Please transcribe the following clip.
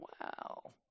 wow